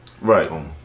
Right